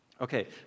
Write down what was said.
Okay